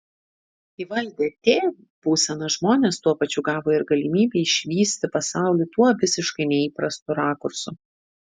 įvaldę t būseną žmonės tuo pačiu gavo ir galimybę išvysti pasaulį tuo visiškai neįprastu rakursu